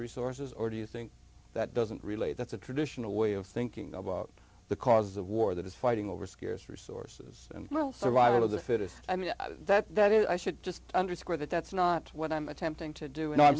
resources or do you think that doesn't relate that's a traditional way of thinking about the causes of war that is fighting over scarce resources and survival of the fittest i mean that that i should just underscore that that's not what i'm attempting to do